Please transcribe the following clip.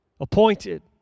appointed